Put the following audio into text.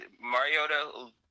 Mariota